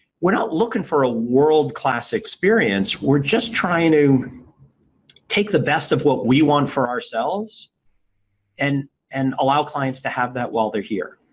we're not looking for a world-class experience. we're just trying to take the best of what we want for ourselves and and allow clients to have that while they're here.